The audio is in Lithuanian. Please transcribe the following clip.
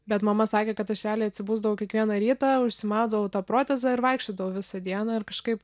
bet mama sakė kad aš realiai atsibusdavau kiekvieną rytą užsimaudavau tą protezą ir vaikščiodavau visą dieną ir kažkaip